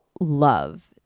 love